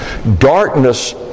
Darkness